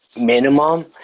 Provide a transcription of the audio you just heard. minimum